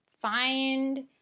find